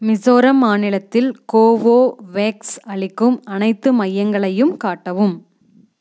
மிசோரம் மாநிலத்தில் கோவோவேக்ஸ் அளிக்கும் அனைத்து மையங்களையும் காட்டவும்